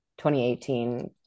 2018